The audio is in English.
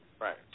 Right